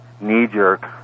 knee-jerk